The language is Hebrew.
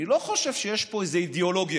אני לא חושב שיש פה איזו אידיאולוגיה.